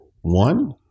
one